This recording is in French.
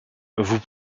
vous